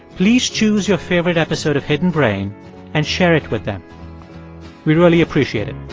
please choose your favorite episode of hidden brain and share it with them. we really appreciate it.